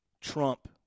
Trump